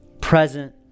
present